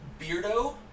Beardo